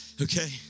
Okay